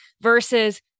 Versus